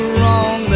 wrong